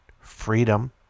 freedom